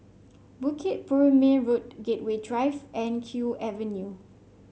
Bukit Purmei Road Gateway Drive and Kew Avenue